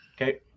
Okay